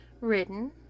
written